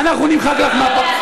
ואנחנו גם נמחק לך את החיוך מהפרצוף.